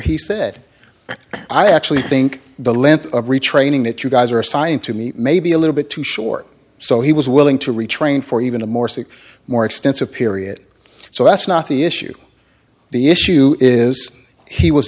he said i actually think the length of retraining that you guys are assigning to me maybe a little bit too short so he was willing to retrain for even a more six more extensive period so that's not the issue the issue is he was